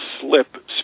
slip